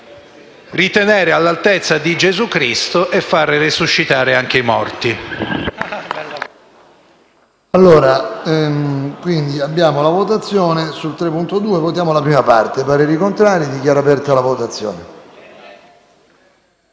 ritenere all'altezza di Gesù Cristo e far risuscitare anche i morti.